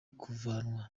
kuvanwa